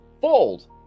fold